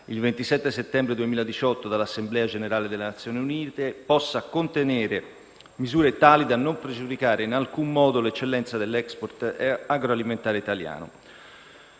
il 27 settembre 2018 dall'Assemblea generale delle Nazioni Unite, possa contenere misure tali da non pregiudicare in alcun modo l'eccellenza dell'*export* agroalimentare italiano.